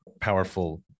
powerful